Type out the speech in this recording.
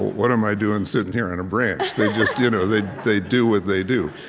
what am i doing sitting here on a branch? they just you know they they do what they do.